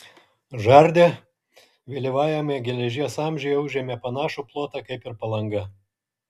žardė vėlyvajame geležies amžiuje užėmė panašų plotą kaip ir palanga